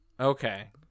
okay